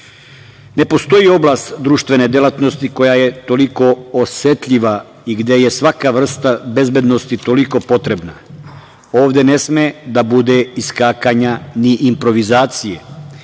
Ne postoji oblast društvene delatnosti koja je toliko osetljiva i gde je svaka vrsta bezbednosti toliko potrebna, a ovde ne sme da bude iskakanja, ni improvizacije,